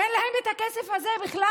אין להם את הכסף הזה בכלל.